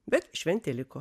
bet šventė liko